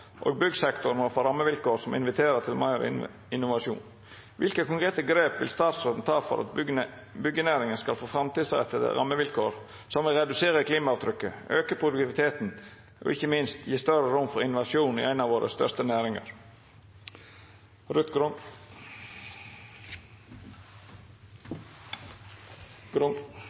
og byggsektoren må få rammevilkår som inviterer til mer innovasjon. Hvilke konkrete grep vil statsråden ta for at byggenæringen skal få framtidsrettede rammevilkår som vil redusere klimaavtrykket, øke produktiviteten og ikke minst gi større rom for innovasjon i en av våre største næringer?